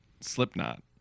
Slipknot